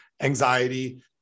anxiety